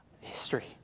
history